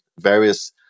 Various